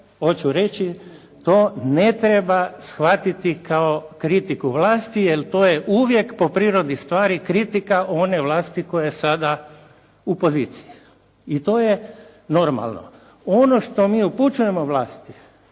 to ne treba shvatiti kao kritiku vlasti, jer to je uvijek po prirodi stvari kritika one vlasti koja je sada u poziciji. I to je normalno. Ono što mi upućujemo vlasti,